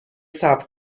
صبر